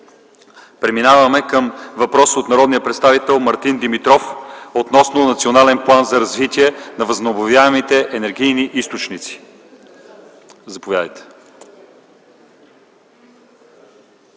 Преминаваме към въпрос от народния представител Мартин Димитров относно Национален план за развитие на възобновяемите енергийни източници. Заповядайте.